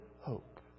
hope